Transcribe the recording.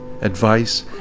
advice